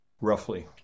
roughly